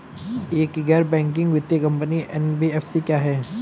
एक गैर बैंकिंग वित्तीय कंपनी एन.बी.एफ.सी क्या है?